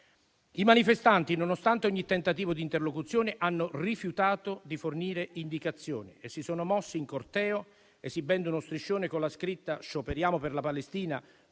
I manifestanti, nonostante ogni tentativo di interlocuzione, hanno rifiutato di fornire indicazioni e si sono mossi in corteo, esibendo uno striscione con la scritta "Scioperiamo per la Palestina,